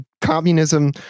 communism